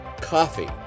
Coffee